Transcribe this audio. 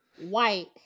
white